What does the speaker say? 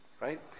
right